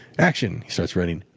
action! he starts running.